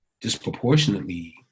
disproportionately